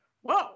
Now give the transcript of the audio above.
whoa